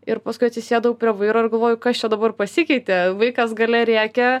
ir paskui atsisėdau prie vairo ir galvoju kas čia dabar pasikeitė vaikas gale rėkia